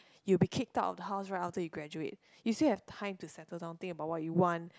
you'll be kicked out of the house right after you graduate you still have time to settle down think about what you want